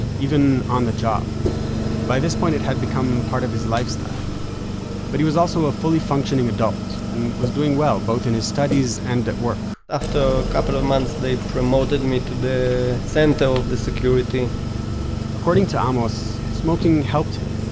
even on the job by this point it had become part of his lifestyle but he was also a fully functioning adult and was doing well both in his studies and at work after a couple of months they promoted me to the center of the security according to um amos, smoking helped him.